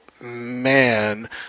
man